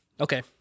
Okay